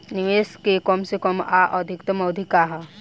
निवेश के कम से कम आ अधिकतम अवधि का है?